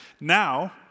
Now